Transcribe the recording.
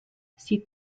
sieht